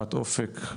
חברת אופק,